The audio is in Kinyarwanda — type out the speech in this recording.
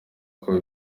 kuba